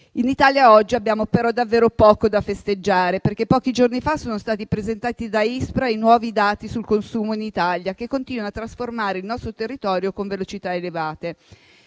In Italia oggi abbiamo però davvero poco da festeggiare perché pochi giorni fa sono stati presentati da ISPRA i nuovi dati sul consumo in Italia, che continua a trasformare il nostro territorio con velocità elevate.